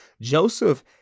Joseph